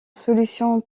solutions